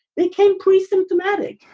they came priest symptomatic.